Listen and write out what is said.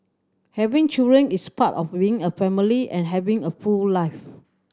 having children is part of being a family and having a full life